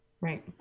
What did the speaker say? Right